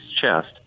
chest